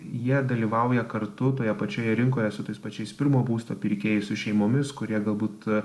jie dalyvauja kartu toje pačioje rinkoje su tais pačiais pirmo būsto pirkėjais su šeimomis kurie galbūt